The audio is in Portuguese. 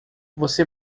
você